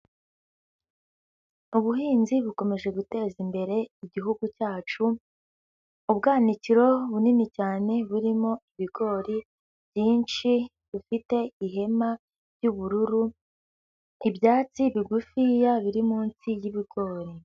Ubuhinzi bukomeje guteza imbere igihugu cyacu, ubwanikiro bunini cyane burimo ibigori byinshi, bufite ihema ry'ubururu, ibyatsi bigufiya biri munsi y'ibigori.